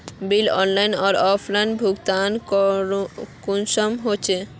Bill online आर offline भुगतान कुंसम होचे?